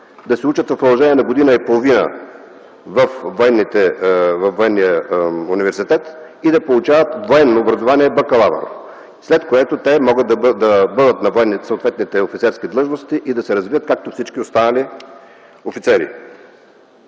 да се учат в продължение на година и половина във Военния университет и да получават военно образование бакалавър, след което те могат да бъдат на съответните офицерски длъжности и да се развиват както всички останали офицери.